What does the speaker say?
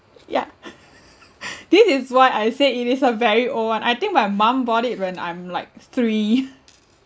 yeah this is why I say it is a very old [one] I think my mum bought it when I'm like three